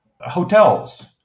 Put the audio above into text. hotels